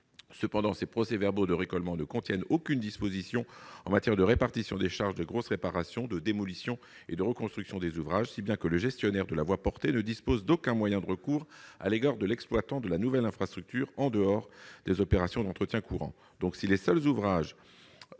Cependant, ces procès-verbaux ne contiennent aucune disposition en matière de répartition des charges de grosses réparations, de démolition et de reconstruction des ouvrages, si bien que le gestionnaire de la voie portée ne dispose d'aucun moyen de recours à l'égard de l'exploitant de la nouvelle infrastructure en dehors des opérations d'entretien courant.